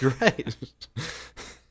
Right